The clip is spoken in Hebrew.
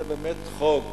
זה באמת חוק,